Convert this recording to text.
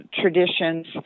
traditions